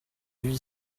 lui